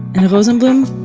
and rosenblum?